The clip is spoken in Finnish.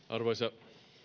arvoisa